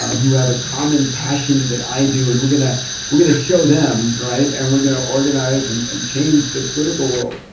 who have a common passion that i do. and we're gonna we're gonna show them, right? and we're gonna organize and and change the political world.